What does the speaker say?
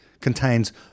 contains